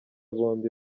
bombi